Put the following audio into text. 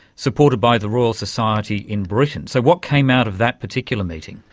supported by the royal society in britain. so what came out of that particular meeting?